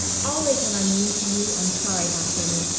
always when i'm mean to you i'm sorry afterward.